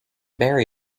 barry